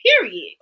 Period